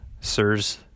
sirs